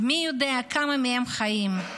ומי יודע כמה מהם חיים,